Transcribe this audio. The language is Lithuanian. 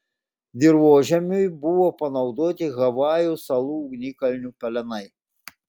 dirvožemiui buvo panaudoti havajų salų ugnikalnių pelenai